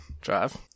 drive